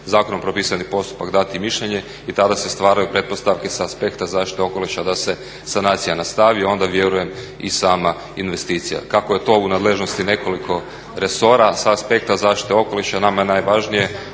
zakonom propisani postupak dati mišljenje i tada se stvaraju pretpostavke sa aspekta zaštite okoliša da se sanacija nastavi, a onda vjerujem i sama investicija. Kako je to u nadležnosti nekoliko resora, sa aspekta zaštite okoliša nama je najvažnije